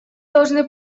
должны